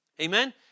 Amen